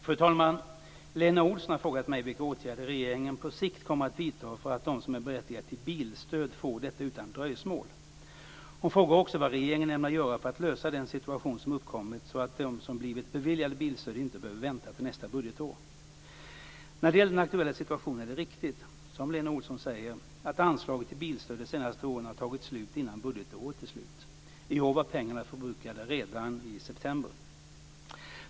Fru talman! Lena Olsson har frågat mig vilka åtgärder regeringen på sikt kommer att vidta för att de som är berättigade till bilstöd får detta utan dröjsmål. När det gäller den aktuella situationen är det riktigt, som Lena Olsson säger, att anslaget till bilstöd de senaste åren har tagit slut innan budgetårets slut. I år var pengarna förbrukade redan i september.